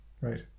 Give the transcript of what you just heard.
Right